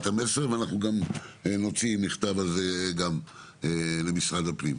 וגם נוציא על זה מכתב למשרד הפנים.